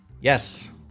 Yes